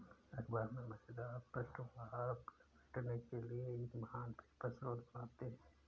अख़बार में मज़ेदार पृष्ठ उपहार लपेटने के लिए एक महान पेपर स्रोत बनाते हैं